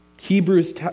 Hebrews